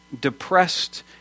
depressed